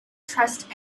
trust